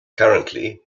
currently